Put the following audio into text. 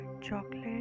chocolate